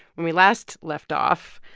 when we last left off,